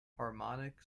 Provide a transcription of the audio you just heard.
harmonic